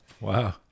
Wow